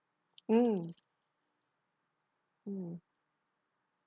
mm mm